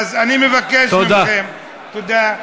אז אני מבקש מכם, תודה.